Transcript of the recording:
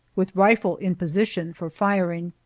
with rifle in position for firing.